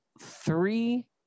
three